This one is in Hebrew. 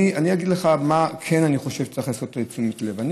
אני אגיד לך מה אני כן חושב שצריך לעשות בתשומת לב.